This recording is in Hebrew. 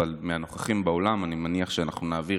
אבל מהנוכחים באולם אני מניח שאנחנו נעביר